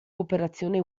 operazione